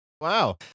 Wow